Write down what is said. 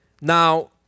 Now